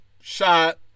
shot